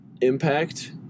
impact